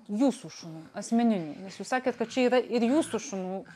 jūsų šunų asmeninių nes jūs sakėt kad čia yra ir jūsų šunų